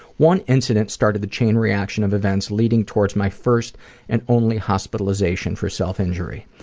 one incident started the chain reaction of events leading towards my first and only hospitalization for self-injury.